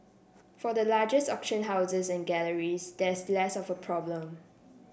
for the largest auction houses and galleries that's less of a problem